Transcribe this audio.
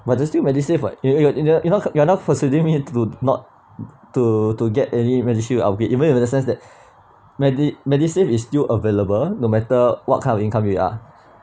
but there's still medisave [what] you are you are you are you are you are not persuading me to not to to get any medishield I'll be even if the sense that medi~ medisave is still available no matter what kind of income we are